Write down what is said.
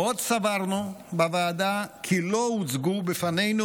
עוד סברנו בוועדה כי לא הוצגו בפנינו